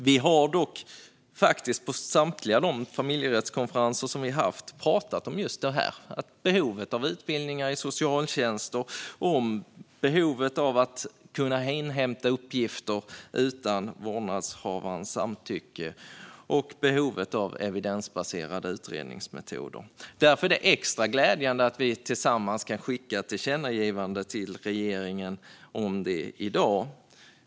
Vi har dock på samtliga de familjerättskonferenser vi haft pratat om just behovet av utbildningar i socialtjänsten, behovet av att kunna inhämta uppgifter utan vårdnadshavarens samtycke och behovet av evidensbaserade utredningsmetoder. Därför är det extra glädjande att vi tillsammans kan skicka ett tillkännagivande till regeringen om detta i dag.